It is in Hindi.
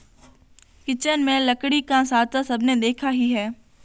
किचन में लकड़ी का साँचा सबने देखा ही है